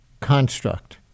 construct